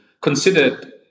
considered